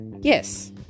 Yes